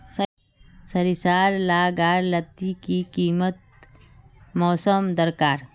सरिसार ला गार लात्तिर की किसम मौसम दरकार?